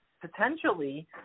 potentially